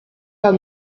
pas